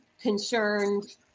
concerned